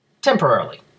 Temporarily